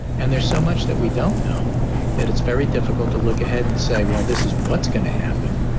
and there's so much that we don't know that it's very difficult to look ahead and say, well, this is. what's going to happen?